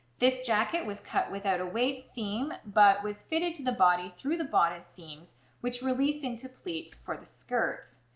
this jacket was cut without a waist seam but was fitted to the body through the bodice seams which released into pleats for the skirts.